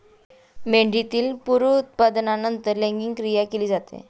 मेंढीतील पुनरुत्पादनानंतर लैंगिक क्रिया केली जाते